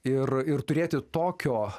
ir ir turėti tokio